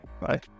bye